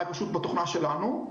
בתוכנה שלנו.